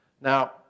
Now